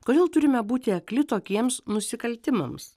kodėl turime būti akli tokiems nusikaltimams